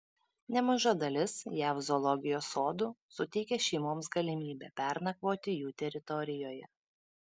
nemaža dalis jav zoologijos sodų suteikia šeimoms galimybę pernakvoti jų teritorijoje